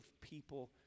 people